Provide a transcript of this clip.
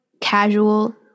casual